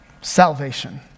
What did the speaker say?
salvation